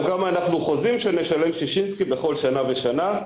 כמה אנחנו חוזים שנשלם ששינסקי בכל שנה ושנה.